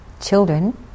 children